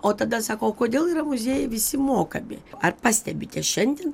o tada sako o kodėl yra muziejai visi mokami ar pastebite šiandien